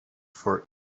for